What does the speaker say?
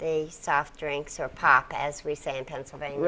the soft drinks or pop as we say in pennsylvania